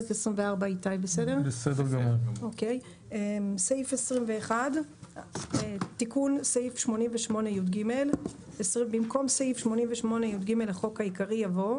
מכן את סעיף 24. 21.תיקון סעיף 88יג במקום סעיף 88יג לחוק העיקרי יבוא: